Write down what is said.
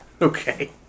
Okay